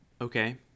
Okay